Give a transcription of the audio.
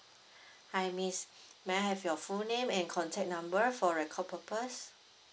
hi miss may I have your full name and contact number for record purpose